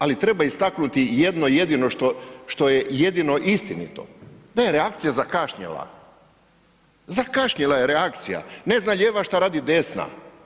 Ali treba istaknuti jedno jedino što je jedino istinito, da je reakcija zakašnjela, zakašnjela je reakcija, ne zna lijeva šta radi desna.